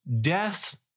death